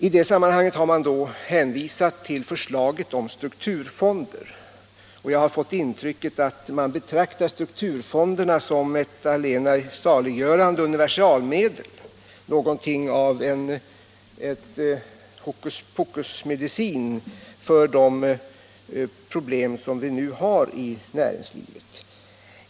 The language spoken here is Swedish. I det sammanhanget har man hänvisat till förslaget om en strukturfond, och jag har fått intrycket att man betraktar strukturfonden som något allena saliggörande universalmedel, någonting av en hokuspokusmedicin för de problem som vi nu har i näringslivet.